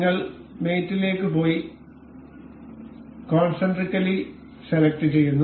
നിങ്ങൾ മേറ്റ് ലേക്ക് പോയി കോൺസെൻട്രിക്കലി സെലക്ട്ചെയ്യുന്നു